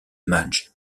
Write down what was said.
madge